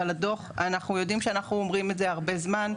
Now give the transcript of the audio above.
אבל הדוח אנחנו יודעים שאנחנו אומרים את זה הרבה זמן,